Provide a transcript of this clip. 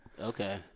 okay